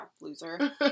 loser